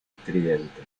estridente